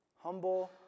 humble